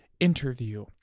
Interview